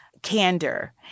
Candor